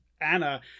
anna